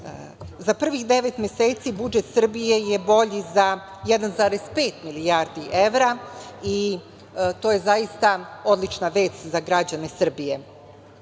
Za prvih devet meseci budžet Srbije je bolji za 1,5 milijarde evra i to je zaista odlična vest za građane Srbije,